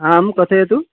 आं कथयतु